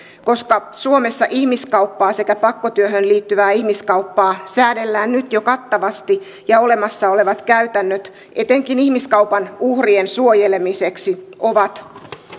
koska suomessa ihmiskauppaa sekä pakkotyöhön liittyvää ihmiskauppaa säädellään nyt jo kattavasti ja olemassa olevat käytännöt etenkin ihmiskaupan uhrien suojelemiseksi ovat